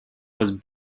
was